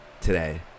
today